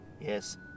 Yes